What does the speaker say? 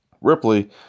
Ripley